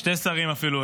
שני שרים אפילו,